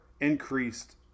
increased